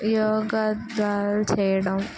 యోగాసనలు చేయడం